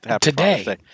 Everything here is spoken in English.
Today